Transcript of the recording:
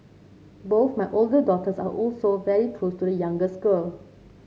both my older daughters are also very close to the youngest girl